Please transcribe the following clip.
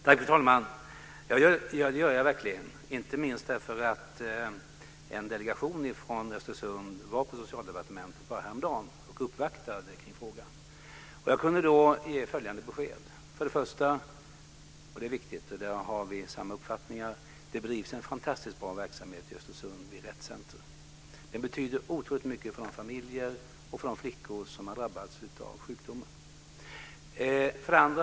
Fru talman! Ja, det gör jag verkligen, inte minst därför att en delegation från Östersund uppvaktade Socialdepartementet i frågan häromdagen. Jag kunde då ge följande besked. För det första - det är viktigt, och där har vi samma uppfattning - bedrivs det en fantastiskt bra verksamhet vid Rett Center i Östersund. Den betyder otroligt mycket för de flickor som har drabbats av sjukdomen och för deras familjer.